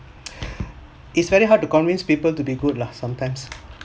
it's very hard to convince people to be good lah sometimes